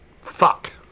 Fuck